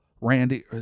Randy